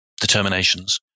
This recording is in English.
determinations